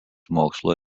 mokslo